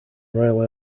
royal